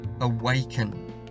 awaken